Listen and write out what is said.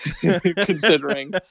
considering